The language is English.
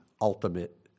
ultimate